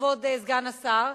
כבוד סגן השר,